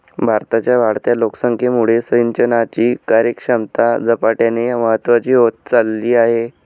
भारताच्या वाढत्या लोकसंख्येमुळे सिंचनाची कार्यक्षमता झपाट्याने महत्वाची होत चालली आहे